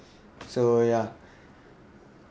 so ya